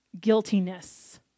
guiltiness